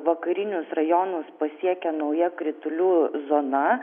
vakarinius rajonus pasiekę nauja kritulių zona